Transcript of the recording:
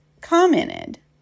commented